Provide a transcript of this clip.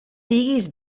diguis